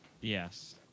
Yes